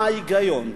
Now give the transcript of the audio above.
מה ההיגיון,